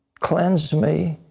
cleanse me,